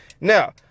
Now